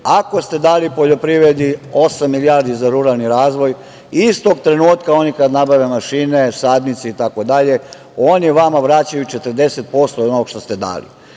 ako ste dali poljoprivredi osam milijardi za ruralni razvoj, istog trenutka oni kad nabave mašine, sadnice, itd, oni vama vraćaju 40% od onog što ste dali.